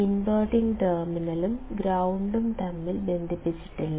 inverting ടെർമിനലും ഗ്രൌണ്ടും തമ്മിൽ ബന്ധിപ്പിച്ചിട്ടില്ല